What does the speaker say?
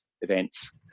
events